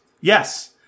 Yes